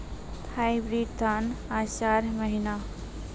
Hybrid धान आषाढ़ महीना?